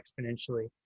exponentially